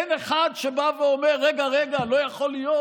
אין אחד שבא ואומר: רגע, רגע, לא יכול להיות?